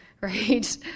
right